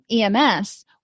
EMS